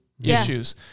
issues